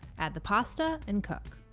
add the pasta and cook.